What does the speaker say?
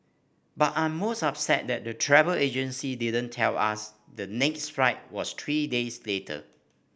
but I'm most upset that the travel agency didn't tell us the next flight was three days later